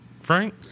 Frank